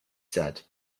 said